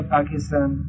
Pakistan